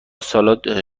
سالاد